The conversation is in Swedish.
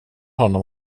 honom